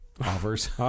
offers